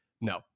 no